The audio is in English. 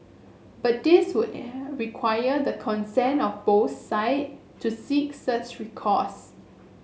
but this would require the consent of both side to seek such recourse